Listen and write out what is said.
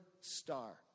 star